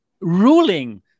ruling